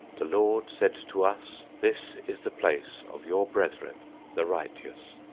the lord said to us, this is the place of your brethren the righteous.